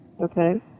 Okay